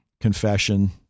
confession